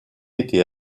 été